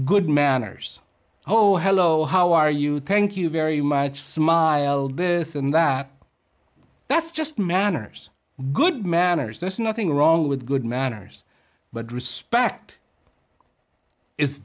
good manners oh hello how are you thank you very much smiled this and that that's just manners good manners there's nothing wrong with good manners but respect i